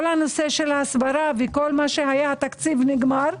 הנושא של ההסברה והתקציב נגמר.